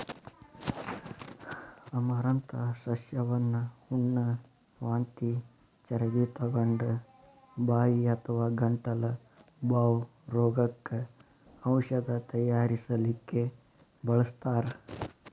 amaranth ಸಸ್ಯವನ್ನ ಹುಣ್ಣ, ವಾಂತಿ ಚರಗಿತೊಗೊಂಡ, ಬಾಯಿ ಅಥವಾ ಗಂಟಲ ಬಾವ್ ರೋಗಕ್ಕ ಔಷಧ ತಯಾರಿಸಲಿಕ್ಕೆ ಬಳಸ್ತಾರ್